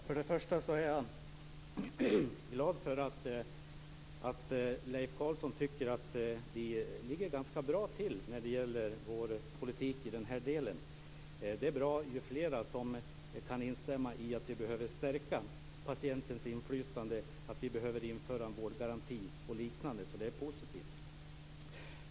Fru talman! Först och främst är jag glad för att Leif Carlson tycker att vi ligger ganska bra till när det gäller vår politik i denna del. Det är bättre ju fler som kan instämma i att vi behöver stärka patientens inflytande, att vi behöver införa en vårdgaranti och liknande. Det är positivt.